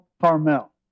Carmel